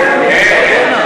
הוא השר המקשר.